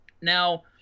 Now